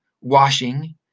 washing